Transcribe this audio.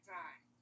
time